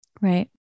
Right